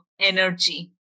energy